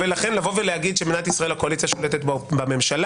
לכן להגיד שבמדינת ישראל הקואליציה שולטת בממשלה,